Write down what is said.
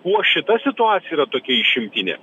kuo šita situacija yra tokia išimtinė